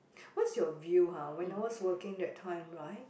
what's your view ha when I was working that time right